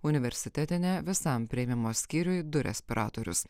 universitetinė visam priėmimo skyriuj du respiratorius